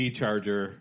charger